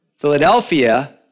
Philadelphia